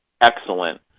excellent